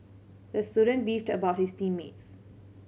the student beefed about his team mates